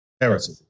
heresy